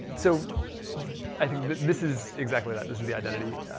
so i think this is exactly that. this is the identity,